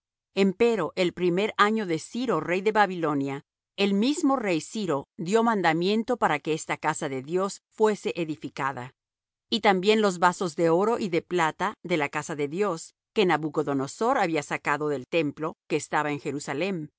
babilonia empero el primer año de ciro rey de babilonia el mismo rey ciro dió mandamiento para que esta casa de dios fuese edificada y también los vasos de oro y de plata de la casa de dios que nabucodonosor había sacado del templo que estaba en jerusalem